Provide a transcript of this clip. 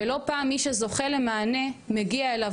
ולא פעם מי שזוכה למענה מגיע אליו